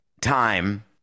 time